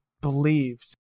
believed